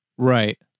Right